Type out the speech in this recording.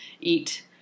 eat